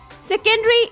Secondary